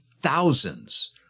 thousands